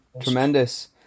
tremendous